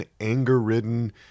anger-ridden